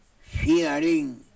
fearing